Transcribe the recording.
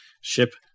Ship